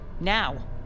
Now